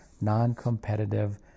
non-competitive